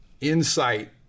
insight